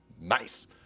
nice